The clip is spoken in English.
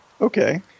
Okay